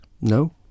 No